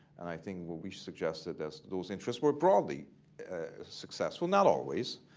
and i think what we've suggested is those interests were broadly successful. not always.